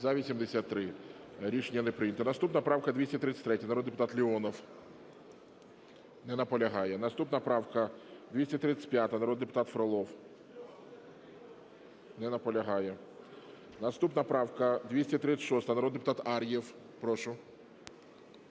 За-83 Рішення не прийнято. Наступна правка 233. Народний депутат Леонов. Не наполягає. Наступна правка 235. Народний депутат Фролов. Не наполягає. Наступна правка 236, народний депутат Ар'єв. Прошу.